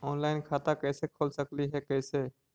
Online खाता कैसे खोल सकली हे कैसे?